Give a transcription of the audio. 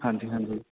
ਹਾਂਜੀ ਹਾਂਜੀ